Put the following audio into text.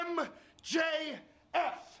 M-J-F